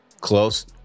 Close